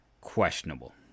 questionable